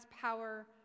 power